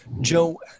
Joe